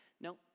No